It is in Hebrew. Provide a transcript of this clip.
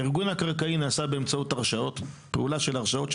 הארגון הקרקעי נעשה באמצעות הרשאות שניתנות